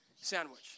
sandwich